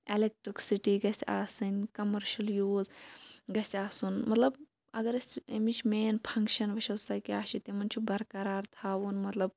electricity گَژھِ آسٕنۍ commercial use گَژھِ آسُن مَطلَب اگر أسۍ ایٚمٕچ مین فنٛکشَن وٕچھو سۄ کیاہ چھِ تمَن چھُ برقرار تھاوُن مَطلَب